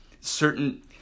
certain